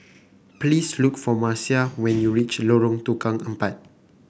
please look for Marcia when you reach Lorong Tukang Empat